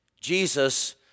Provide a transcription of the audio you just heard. Jesus